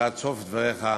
ולקראת סוף דבריך